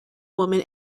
woman